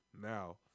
now